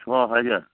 ছ হাজার